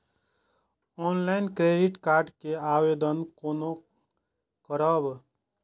Online credit card के आवेदन कोना करब?